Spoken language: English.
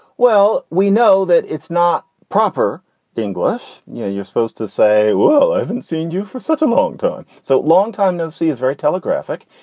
well, we know that it's not proper english you know, you're supposed to say, well, i haven't seen you for such a long time. so long time. no see, it's very telegraphic.